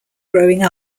growing